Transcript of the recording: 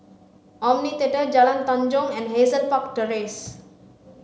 Omni Theatre Jalan Tanjong and Hazel Park Terrace